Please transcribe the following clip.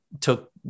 took